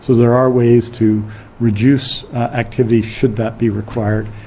there are ways to reduce activities should that be required.